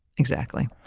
exactly.